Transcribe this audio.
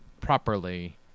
properly